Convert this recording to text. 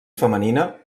femenina